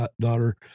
daughter